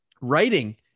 writing